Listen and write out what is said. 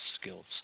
skills